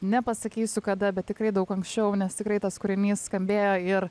nepasakysiu kada bet tikrai daug anksčiau nes tikrai tas kūrinys skambėjo ir